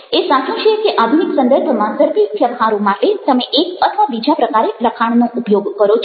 એ સાચું છે કે આધુનિક સંદર્ભમાં ઝડપી વ્યવહારો માટે તમે એક અથવા બીજા પ્રકારે લખાણનો ઉપયોગ કરો છો